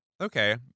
Okay